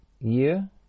year